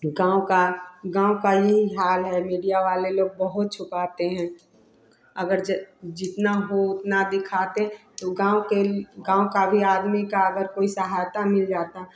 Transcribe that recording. गाँव का गाँव का यह हाल है मीडिया वाले लोग बहुत छुपाते हैं अगर जो जितना हो उतना दिखाते तो गाँव के गाँव का भी आदमी की अगर कोई सहायता मिल जाती